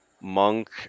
monk